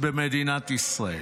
ישראל.